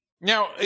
Now